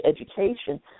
education